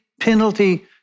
penalty